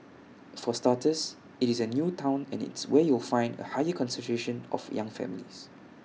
for starters IT is A new Town and it's where you'll find A higher concentration of young families